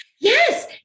Yes